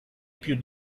più